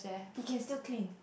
it can still clean